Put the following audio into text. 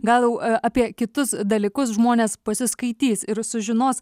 gal jau apie kitus dalykus žmonės pasiskaitys ir sužinos